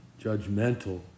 judgmental